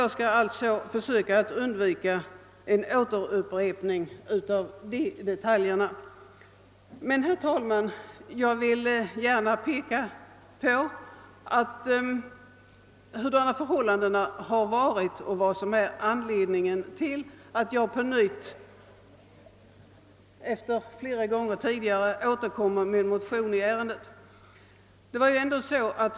Jag skall försöka undvika att upprepa vad han sade. Jag vill emellertid gärna peka på hur förhållandena varit och vad som är anledningen till att jag på nytt återkommit med en motion i ärendet.